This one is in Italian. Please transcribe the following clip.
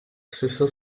stesso